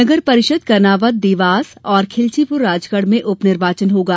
नगर परिषद करनावद देवास और खिलचीपुर राजगढ़ में उप निर्वाचन होगा